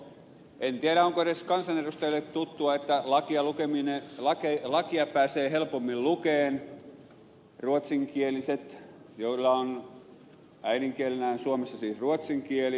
en tiedä onko edes kansanedustajalle tuttua että lakia pääsevät helpommin lukemaan ruotsinkieliset joilla on äidinkielenään suomessa siis ruotsin kieli